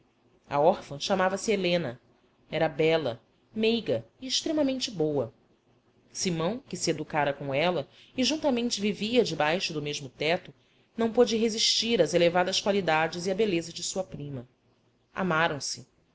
a órfã chamava-se helena era bela meiga e extremamente boa simão que se educara com ela e juntamente vivia debaixo do mesmo teto não pôde resistir às elevadas qualidades e à beleza de sua prima